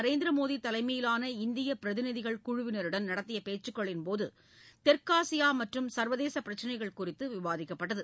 நரேந்திரமோடி தலைமையிலான இந்தியப் பிரதிநிதிகள் குழுவினருடன் நடத்தியப் பேச்சுக்களின்போது தெற்காசியா மற்றும் சர்வதேச பிரச்சினைகள் குறித்து விவாதிக்கப்பட்டது